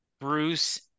Bruce